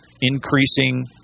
increasing